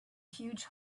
huge